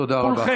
תודה רבה.